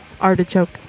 Artichoke